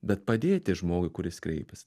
bet padėti žmogui kuris kreipias